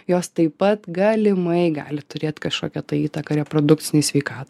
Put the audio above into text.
jos taip pat galimai gali turėt kažkokią įtaką reprodukcinei sveikatai